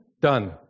done